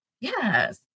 Yes